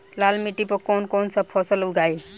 लाल मिट्टी पर कौन कौनसा फसल उगाई?